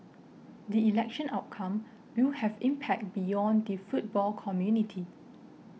the election outcome will have impact beyond the football community